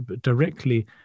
directly